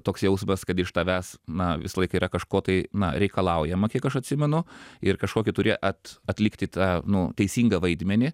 toks jausmas kad iš tavęs na visą laiką yra kažko tai na reikalaujama kiek aš atsimenu ir kažkokį turi at atlikti tą nu teisingą vaidmenį